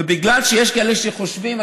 ובגלל שיש כאלה שחושבים,